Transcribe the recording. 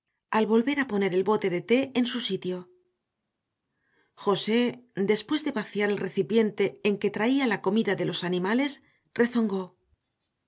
al volver a poner el bote de té en su sitio josé después de vaciar el recipiente en que traía la comida de los animales rezongó